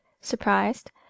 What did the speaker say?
surprised